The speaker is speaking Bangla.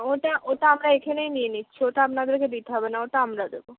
ওটা ওটা আমরা এখানেই নিয়ে নিচ্ছি ওটা আপনাদেরকে দিতে হবে না ওটা আমরা দেবো